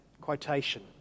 quotation